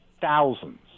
thousands